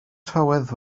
tywydd